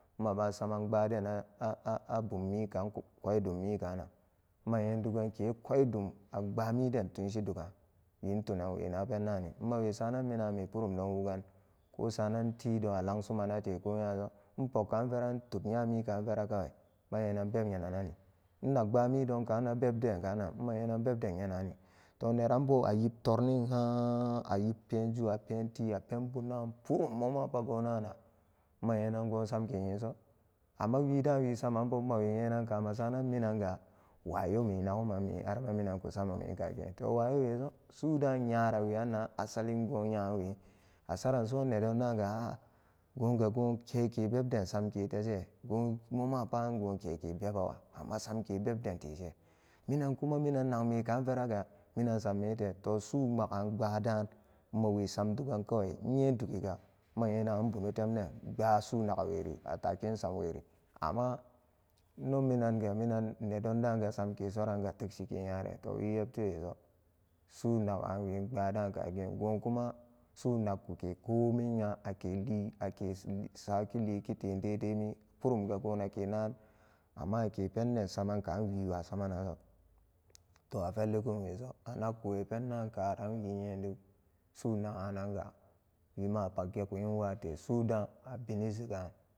Nmapba sama pbadena a a bummi kaan koi dunmikana nmaney dugan kekoi dum a pba mi den tunshi dugaan wiin tunan we na pen daani nma we sarana minawe purum don wuga ko saranan ti doon a lang su ma nate te ko pendon npong kaan vera n tuk nyami kaan vera kawai ma nyenan beb nyenanoni nnag bamidon kaan nabeb kaanan nma nyenan bebden nyenani neran bo a yib toglin haan a yiob peen jum a peen ti a pen bu nagan purum moma pat go nana nmanyenan goon samke inso amma widaan wisaman bo nma nyenon kamesara nan minanga wayome naguman me narma minan kusamomekagi to wayowe zo suu daan nyaraweeran assali goon nyaanwe a saran soon nedoon daan ga a'a goon ga goon keke bebden samkeso ke te minan kuma minan nag kaan vera ga nsam we tee to suu magan pbadaan nmawe san dugan kawe nyen dugi ga ma nye nan an bono ten den pba sunagaweri atake nso mweri amma inno minanga minan nedon daan ga samke soran tek shi ke nyare to wi emtiweso su nagaan ween pbadan ka geen goon kuma sunakkuke komin nya ake liin ake sa ki liin dede mi purum gu gonake nagan amma akepende saman kaan wiwa samanan to a fellikun we so anakku we pendaan kaan wi nye duk sunagaa nan gaanan ga wima a pagge ku nyin wate suu daan a bini ze gaan.